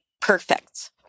perfect